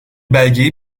belgeyi